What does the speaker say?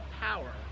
power